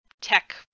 tech